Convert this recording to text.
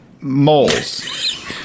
moles